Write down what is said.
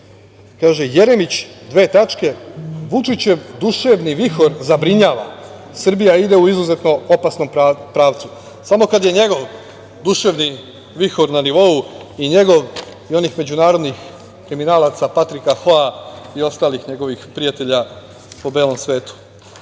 kaže – Jeremić, dve tačke, Vučićev duševni vihor zabrinjava, Srbija ide u izuzetno opasnom pravcu. Samo kad je njegov duševni vihor na nivou i njegov i onih međunarodnih kriminalaca Patrika Hoa i ostalih njegovih prijatelja po belom svetu. Dakle,